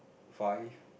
five